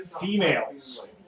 females